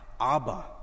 Abba